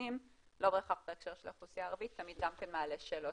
לא רק בהקשר של האוכלוסייה הערבית תמיד מעלה שאלות,